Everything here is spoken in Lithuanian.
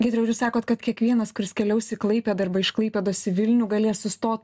giedriau ir jūs sakot kad kiekvienas kuris keliaus į klaipėdą arba iš klaipėdos į vilnių galės susto